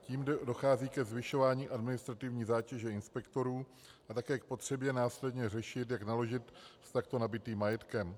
Tím dochází ke zvyšování administrativní zátěže inspektorů a také k potřebě následně řešit, jak naložit s takto nabytým majetkem.